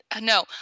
no